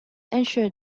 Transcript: ensured